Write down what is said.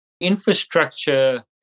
Infrastructure